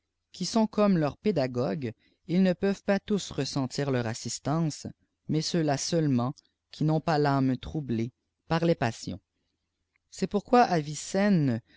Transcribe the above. qui sont comme leurs pédagogues ils ne peuvent pas tous ressentir leur assistance mais ceux-là seulement qiii n'ont pas l'âme troublée par les passions c'est pourquoi